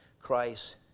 Christ